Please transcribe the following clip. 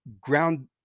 ground